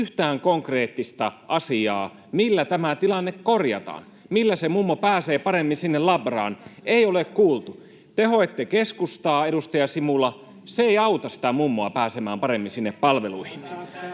yhtään konkreettista asiaa, millä tämä tilanne korjataan, millä se mummo pääsee paremmin sinne labraan, ei ole kuultu. [Jenna Simulan välihuuto] Te hoitte keskustaa, edustaja Simula, se ei auta sitä mummoa pääsemään paremmin sinne palveluihin.